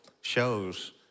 shows